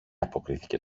αποκρίθηκε